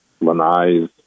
lanai's